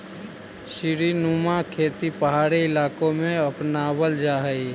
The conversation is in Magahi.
सीढ़ीनुमा खेती पहाड़ी इलाकों में अपनावल जा हई